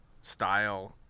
style